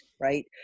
Right